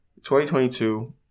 2022